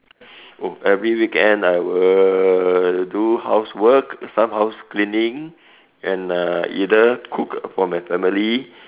oh every weekend I will do housework some house cleaning and uh either cook for my family